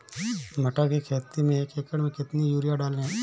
मटर की खेती में एक एकड़ में कितनी यूरिया डालें?